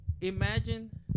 imagine